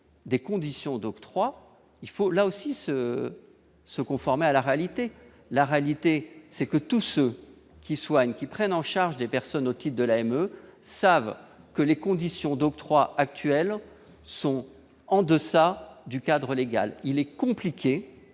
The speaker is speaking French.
des conditions d'octroi il faut là aussi se se conformer à la réalité, la réalité c'est que tous ceux qui soignent, qui prennent en charge des personnes autistes de la même saveur que les conditions d'octroi actuels sont en-deçà du cadre légal, il est compliqué,